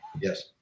Yes